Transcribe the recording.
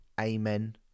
Amen